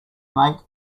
mate